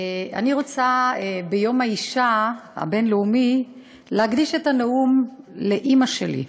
אני רוצה ביום האישה הבין-לאומי להקדיש את הנאום לאימא שלי.